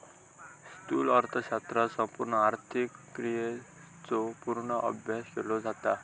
स्थूल अर्थशास्त्रात संपूर्ण आर्थिक क्रियांचो पूर्ण अभ्यास केलो जाता